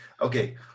Okay